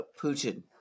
Putin